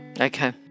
Okay